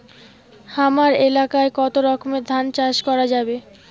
হামার এলাকায় কতো রকমের ধান চাষ করা যাবে?